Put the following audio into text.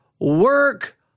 work